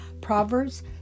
Proverbs